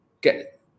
get